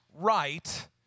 right